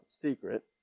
secret